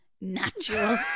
natural